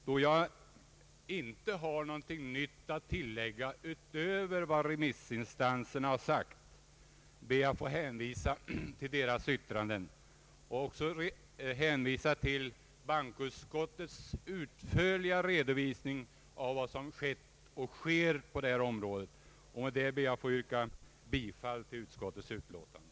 Då jag inte har någonting nytt att tillägga utöver vad remissinstanserna har sagt, ber jag att få hänvisa till deras yttranden och till bankoutskottets utförliga redovisning för vad som skett och sker på detta område. Jag yrkar bifall till utskottets hemställan.